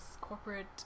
corporate